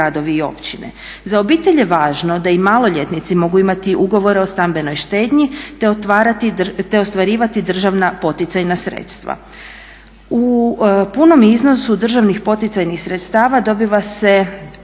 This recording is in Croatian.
Za obitelj je važno da i maloljetnici mogu imati ugovore o stambenoj štednji te ostvarivati državna poticajna sredstva. U punom iznosu državnih poticajnih sredstava dobiva se